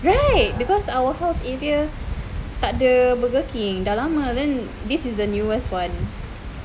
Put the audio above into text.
right because our house area tak ada burger king dah lama then this is the newest [one]